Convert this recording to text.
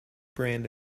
brand